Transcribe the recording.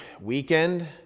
weekend